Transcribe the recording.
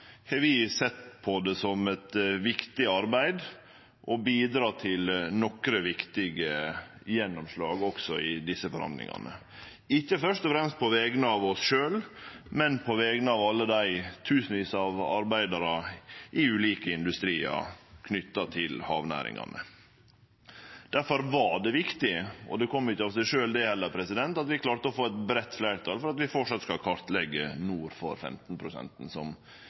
har vi sett det som eit viktig arbeid å bidra til nokre viktige gjennomslag også i desse forhandlingane. Det er ikkje først og fremst på vegner av oss sjølve, men på vegner av alle dei tusenvis av arbeidarane i ulike industriar knytte til havnæringane. Difor var det viktig – og det kom ikkje av seg sjølv det heller – at vi klarte å få eit breitt fleirtal for at vi framleis skal kartleggje nord for 15 pst. som